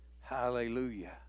Hallelujah